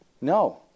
No